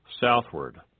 southward